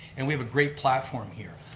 and we have a great platform here.